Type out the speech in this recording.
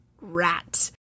Rat